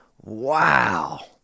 Wow